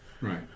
Right